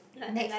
next